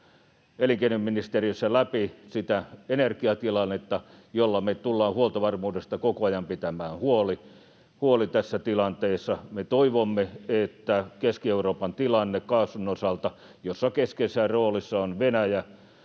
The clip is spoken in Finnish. elinkeinoministeriössä läpi sitä energiatilannetta, jolla me tullaan huoltovarmuudesta koko ajan pitämään huoli tässä tilanteessa. Me toivomme, että Keski-Euroopan tilanne kaasun osalta, jossa keskeisessä roolissa ovat Venäjä,